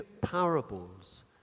parables